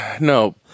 No